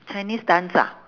chinese dance ah